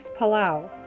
Palau